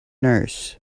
nurse